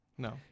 No